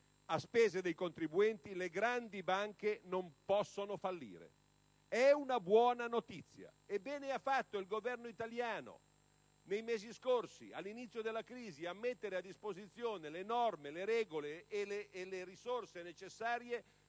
a spese dei contribuenti le grandi banche non possono fallire; è una buona notizia. E bene ha fatto il Governo italiano nei mesi scorsi, all'inizio della crisi, a mettere a disposizione le norme, le regole e le risorse necessarie